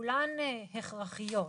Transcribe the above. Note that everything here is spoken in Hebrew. שכולן הכרחיות.